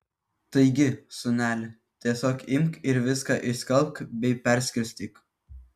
taigi sūneli tiesiog imk ir viską išskalbk bei perskirstyk